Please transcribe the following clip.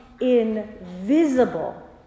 invisible